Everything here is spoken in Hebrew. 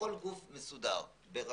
בכל גוף מסודר ברשויות,